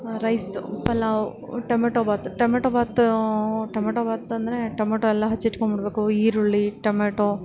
rice pulao tomato bath tomato bath tomato ಬಾತಂದ್ರೆ tomato ಎಲ್ಲ ಹಚ್ಚಿಟ್ಕೊಂಡ್ಬಿಡ್ಬೇಕು ಈರುಳ್ಳಿ ಟೊಮೊಟೊ